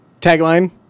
Tagline